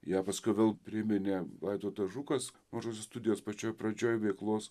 ją paskui vėl priminė vaidotas žukas mažosios studijos pačioj pradžioj veiklos